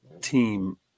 team